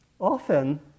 Often